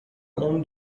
اون